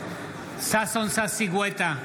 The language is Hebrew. ששון ששי גואטה,